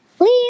Leave